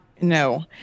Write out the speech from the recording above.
No